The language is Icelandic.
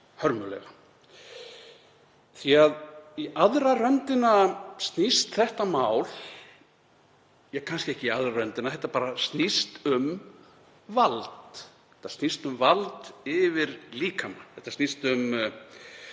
hörmulega því að í aðra röndina snýst þetta mál, og kannski ekki í aðra röndina, þetta bara snýst um vald. Þetta snýst um vald yfir líkama. Þetta snýst um